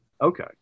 Okay